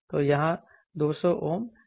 तो यहाँ यह 200 Ohm दिखा रहा है